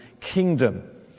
kingdom